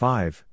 Five